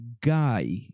guy